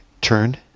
turn